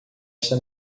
esta